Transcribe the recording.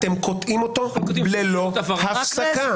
אתם קוטעים אותו ללא הפסקה.